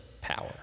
power